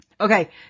Okay